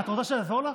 את רוצה שאני אעזור לך?